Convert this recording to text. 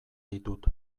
ditut